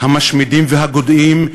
המשמידים והגודעים,